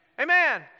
Amen